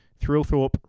Thrillthorpe